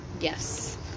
Yes